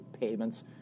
payments